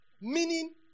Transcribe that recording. Meaning